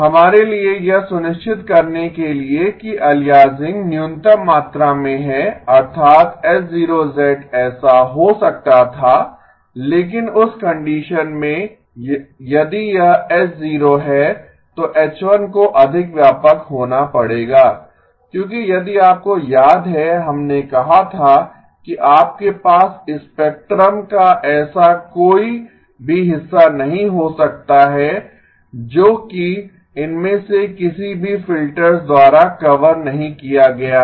हमारे लिए यह सुनिश्चित करने के लिए कि अलियासिंग न्यूनतम मात्रा में है अर्थात H 0 ऐसा हो सकता था लेकिन उस कंडीशन में यदि यह H 0 है तो H 1 को अधिक व्यापक होना पड़ेगा क्योंकि यदि आपको याद है हमने कहा था कि आपके पास स्पेक्ट्रम का ऐसा कोई भी हिस्सा नहीं हो सकता है जो कि इनमे से किसी भी फिल्टर्स द्वारा कवर नहीं किया गया है